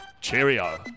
cheerio